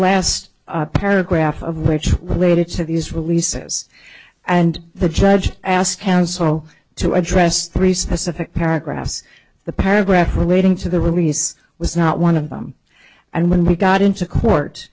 last paragraph of which related to these releases and the judge asked counsel to address three specific paragraphs the paragraph relating to the release was not one of them and when we got into court